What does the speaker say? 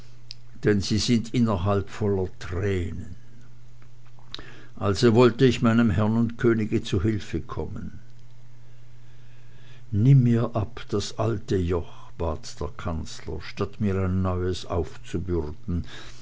denn sie sind innerhalb voller tränen also wollte ich meinem herrn und könige zu hilfe kommen nimm mir ab das alte joch bat der kanzler statt mir ein neues aufzubürden